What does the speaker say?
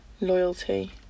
loyalty